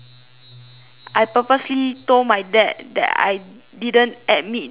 I purposely told my dad that I didn't admit that it was